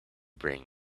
bring